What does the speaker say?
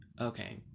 Okay